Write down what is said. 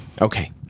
Okay